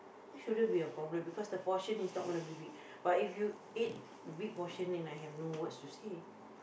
that shouldn't be a problem because the portion is not going to be big but if you eat big portion then I have no words to say